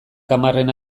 hamarrena